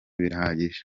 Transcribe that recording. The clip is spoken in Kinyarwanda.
birahagije